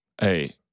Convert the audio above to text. Hey